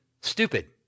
stupid